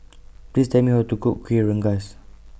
Please Tell Me How to Cook Kuih Rengas